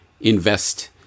invest